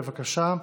בבקשה,